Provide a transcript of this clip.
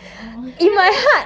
oh